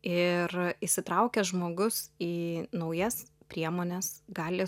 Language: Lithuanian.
ir įsitraukęs žmogus į naujas priemones gali